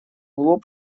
лоб